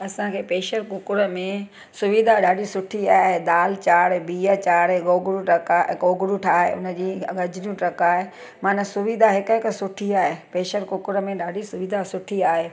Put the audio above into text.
असांखे pressure cooker में सुविधा ॾाढी सुठी आहे दालि चाढ़ बिहु चाढ़ गोगड़ू टका गोगड़ू ठाहे हुनजी गजरियूं टहिकाए मनु सुविधा हिक हिकु सुठी आहे पेशर कुकुड़ में ॾाढी सुविधा सुठी आहे